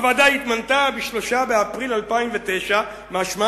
הוועדה התמנתה ב-3 באפריל 2009. משמע